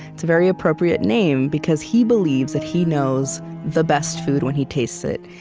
it's a very appropriate name because he believes that he knows the best food when he tastes it.